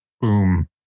boom